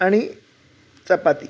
आणि चपाती